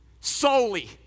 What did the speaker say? Solely